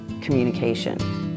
communication